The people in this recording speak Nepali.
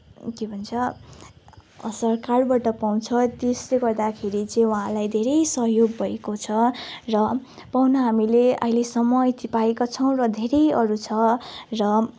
के भन्छ सरकारबाट पाउँछ त्यसले गर्दाखेरि चाहिँ उहाँलाई धेरै सहयोग भएको छ र पाउन हामीले अहिलेसम्म यति पाएका छौँ र धेरै अरू छ र